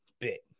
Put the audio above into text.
bit